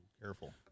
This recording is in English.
Careful